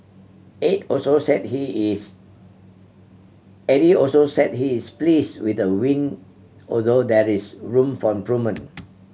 Aide also said he is Aidey also said he is please with the win although that is room for improvement